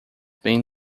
bem